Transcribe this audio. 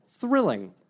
thrilling